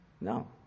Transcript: No